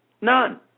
None